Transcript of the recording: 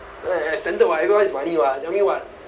eh standard [what] everyone is money [what] tell me what